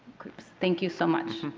thank you so much.